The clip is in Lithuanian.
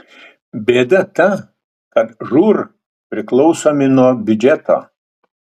bėda ta kad žūr priklausomi nuo biudžeto